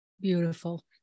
beautiful